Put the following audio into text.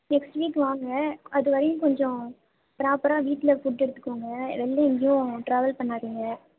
next week வாங்க அது வரையும் கொஞ்ச ப்ராப்பராக வீட்டில் ஃபுட் எடுத்துக்கோங்க வெளில எங்கேயும் ட்ராவல் பண்ணாதிங்க